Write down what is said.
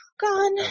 gone